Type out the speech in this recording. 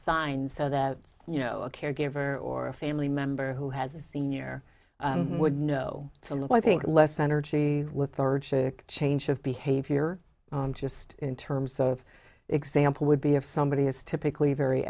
signs so that you know a caregiver or a family member who has a senior would know to look i think less energy with urge to change of behavior just in terms of example would be if somebody is typically very